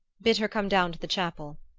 bid her come down to the chapel.